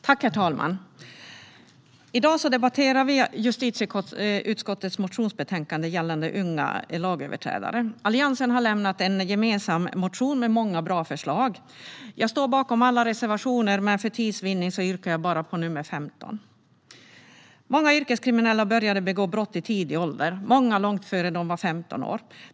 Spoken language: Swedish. Herr talman! I dag debatterar vi justitieutskottets motionsbetänkande gällande unga lagöverträdare. Alliansen har väckt en gemensam motion med många bra förslag. Jag står bakom alla reservationer, men för tids vinnande yrkar jag bara bifall till nr 15. Många yrkeskriminella började begå brott i tidig ålder, många långt innan de var 15 år.